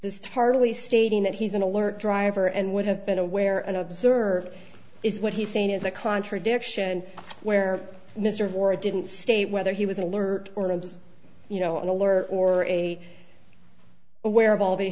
this hardly stating that he's an alert driver and would have been aware and observed is what he's saying is a contradiction where mr gore didn't state whether he was alert or you know an alert or a aware of all